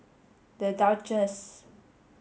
The Duchess